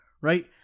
right